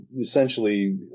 essentially